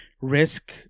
risk